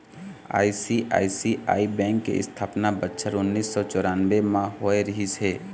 ICICI bank के इस्थापना बछर उन्नीस सौ चउरानबे म होय रिहिस हे